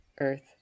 earth